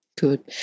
Good